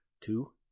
Two